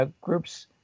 groups